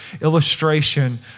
illustration